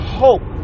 hope